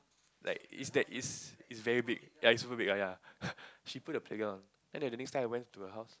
like is that is is very big ya is super big ya ya she put the playground then the next time I went to her house